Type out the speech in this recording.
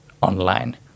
online